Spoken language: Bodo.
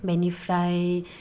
बेनिफ्राय